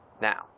Now